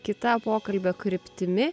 kita pokalbio kryptimi